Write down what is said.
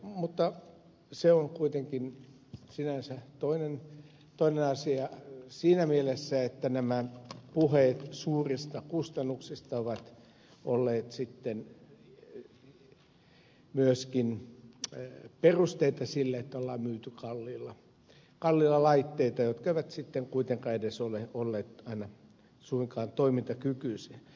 mutta se on kuitenkin sinänsä toinen asia siinä mielessä että nämä puheet suurista kustannuksista ovat olleet perusteita sille että on myyty kalliilla laitteita jotka eivät kuitenkaan ole olleet aina suinkaan toimintakykyisiä